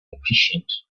efficient